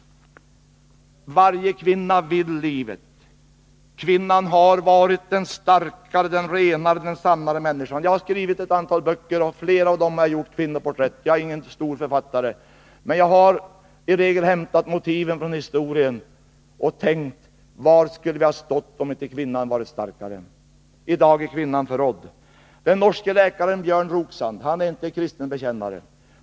Varje kvinna vill livet. Kvinnan har varit den starkare, renare och sannare människan. Jag har, trots att jag inte är någon stor författare, skrivit ett antal böcker, och i flera av dem har jag tecknat kvinnoporträtt. I regel har jag hämtat motiven från historien. Jag har då tänkt: Var skulle vi ha stått, om inte kvinnan hade varit den starkare? I dag är kvinnan förrådd. Jag vill återge vad den norske läkaren Björn Roksand har skrivit. Han är inte en kristen bekännare.